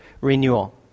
renewal